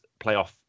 playoff